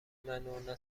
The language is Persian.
منو، نه